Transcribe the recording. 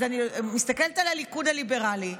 אז אני מסתכלת על הליכוד הליברלי,